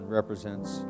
represents